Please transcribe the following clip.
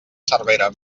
cervera